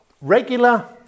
regular